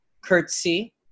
curtsy